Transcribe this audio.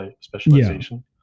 specialization